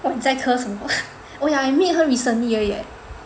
!wah! 你在 curse 我 oh yah I meet her recently 而已 eh